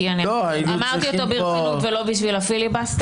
כי אמרתי אותו ברצינות ולא בשביל הפיליבסטר.